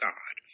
God